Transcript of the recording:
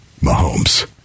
Mahomes